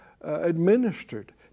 administered